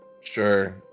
Sure